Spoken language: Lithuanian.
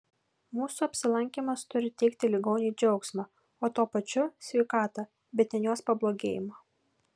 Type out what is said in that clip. mūsų apsilankymas turi teikti ligoniui džiaugsmą o tuo pačiu sveikatą bet ne jos pablogėjimą